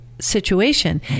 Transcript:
situation